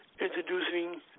introducing